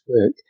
work